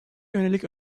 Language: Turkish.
yönelik